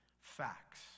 facts